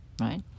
right